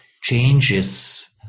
changes